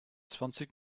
zwanzig